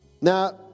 now